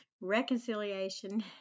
reconciliation